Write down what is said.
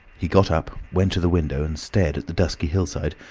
he got up, went to the window, and stared at the dusky hillside,